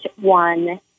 one